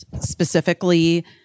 specifically